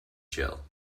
jill